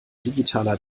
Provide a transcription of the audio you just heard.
digitaler